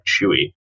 Chewy